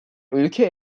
ülke